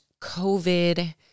COVID